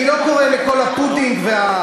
אני לא קורא את כל הפודינג והתבלינים,